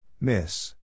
Miss